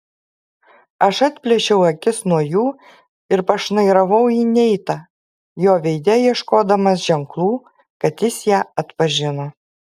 aš atplėšiau akis nuo jų ir pašnairavau į neitą jo veide ieškodama ženklų kad jis ją atpažino